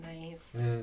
nice